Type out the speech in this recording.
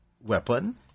weapon